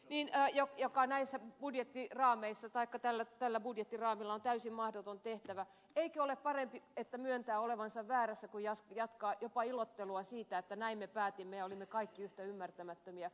miinaa ja joka näissä sen teki mikä tällä budjettiraamilla on täysin mahdoton tehtävä eikö ole parempi myöntää olevansa väärässä kuin jatkaa jopa ilottelua siitä että näin me päätimme ja olimme kaikki yhtä ymmärtämättömiä